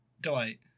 Delight